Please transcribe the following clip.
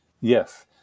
Yes